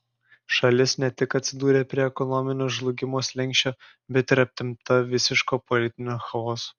šalis ne tik atsidūrė prie ekonominio žlugimo slenksčio bet ir apimta visiško politinio chaoso